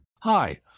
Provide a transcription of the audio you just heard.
hi